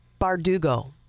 Bardugo